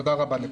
תודה רבה לכולם.